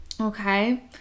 Okay